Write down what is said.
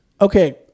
Okay